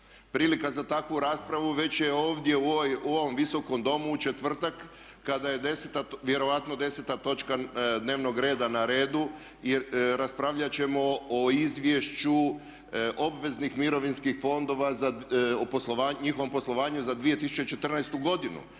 Prilika za takvu raspravu već je ovdje u ovom Visokom domu u četvrtak kada je vjerojatno 10. točka dnevnog reda na redu jer raspravljat ćemo o Izvješću obveznih mirovinskih fondova i njihovom poslovanju za 2014. godinu.